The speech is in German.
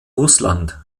russland